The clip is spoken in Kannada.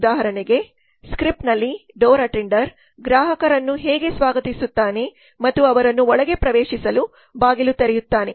ಉದಾಹರಣೆಗೆ ಸ್ಕ್ರಿಪ್ಟ್ನಲ್ಲಿ ಡೋರ್ ಅಟೆಂಡರಗ್ರಾಹಕರನ್ನು ಹೇಗೆ ಸ್ವಾಗತಿಸುತ್ತಾನೆ ಮತ್ತು ಅವರನ್ನು ಒಳಗೆ ಪ್ರವೇಶಿಸಲು ಬಾಗಿಲು ತೆರೆಯುತ್ತಾನೆ